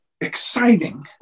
exciting